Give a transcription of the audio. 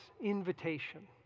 invitation